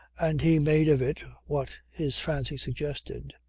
and he made of it what his fancy suggested.